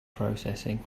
processing